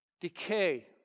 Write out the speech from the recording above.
Decay